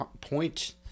point